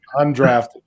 undrafted